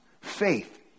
faith